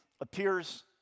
appears